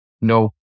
no